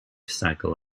cycle